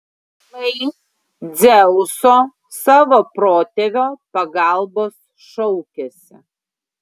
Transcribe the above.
lai dzeuso savo protėvio pagalbos šaukiasi